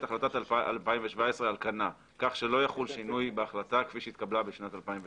ההחלטה מ-2017 על כנה כך שלא יחול שינוי בהחלטה כפי שהתקבלה ב-2017.